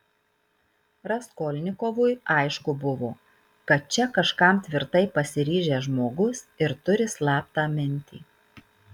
raskolnikovui aišku buvo kad čia kažkam tvirtai pasiryžęs žmogus ir turi slaptą mintį